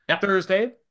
Thursday